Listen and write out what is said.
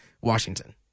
Washington